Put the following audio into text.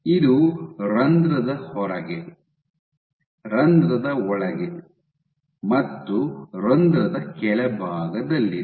ಇದು ರಂಧ್ರದ ಹೊರಗೆ ರಂಧ್ರದ ಒಳಗೆ ಮತ್ತು ರಂಧ್ರದ ಕೆಳಭಾಗದಲ್ಲಿದೆ